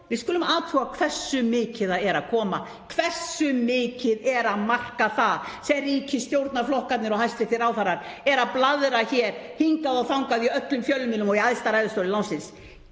Við skulum athuga hversu mikið það er að koma, hversu mikið er að marka það sem ríkisstjórnarflokkarnir og hæstv. ráðherrar eru að blaðra hér hingað og þangað í öllum fjölmiðlum og í æðsta ræðustóli landsins.